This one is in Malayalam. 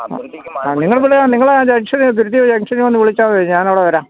നിങ്ങള് പിന്നെ നിങ്ങള് ആ ജംഗ്ഷനില് തിരുത്തി ജംഗ്ഷനില് വന്ന് വിളിച്ചാല് മതി ഞാനവിടെ വരാം